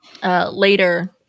Later